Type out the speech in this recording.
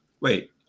wait